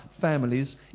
families